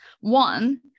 One